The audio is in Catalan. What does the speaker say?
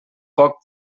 poc